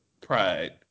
pride